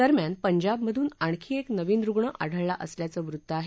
दरम्यान पंजाबमधून आणखी एक नवीन रूग्ण आढळला असल्याचं वृत्त आहे